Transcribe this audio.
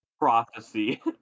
Prophecy